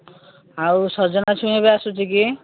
ଆଉ ସଜନା ଛୁଇଁ ଏବେ ଆସୁଛି କି